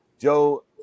Joe